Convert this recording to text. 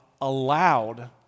allowed